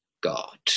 God